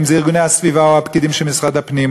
אם ארגוני הסביבה או הפקידים של משרד הפנים,